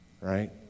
right